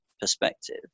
perspective